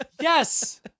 Yes